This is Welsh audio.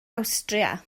awstria